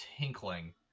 tinkling